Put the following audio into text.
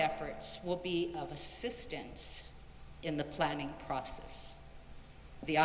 efforts will be of assistance in the planning process